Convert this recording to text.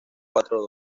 cuatro